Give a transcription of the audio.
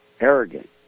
arrogant